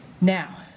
Now